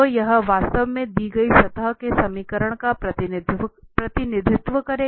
तो यह वास्तव में दी गई सतह के समीकरण का प्रतिनिधित्व करेगा